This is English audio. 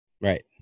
right